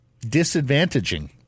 disadvantaging